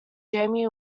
jamie